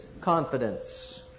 confidence